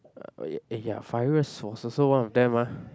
uh eh yeah virus was also one of them ah